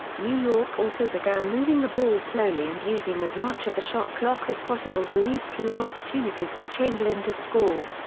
new york also began moving the ball slowly and using as much of the shot clock as possible to leave fewer opportunities for chamberlain to score.